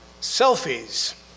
Selfies